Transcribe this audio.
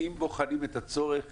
אם בוחנים את הצורך